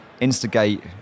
instigate